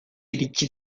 iritsi